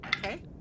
Okay